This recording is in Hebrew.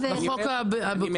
כן, החוק המקורי.